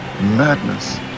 Madness